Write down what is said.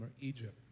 Egypt